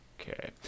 Okay